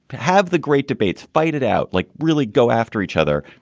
have the great debates. fight it out. like really go after each other.